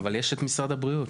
אבל יש את משרד הבריאות,